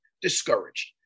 discouraged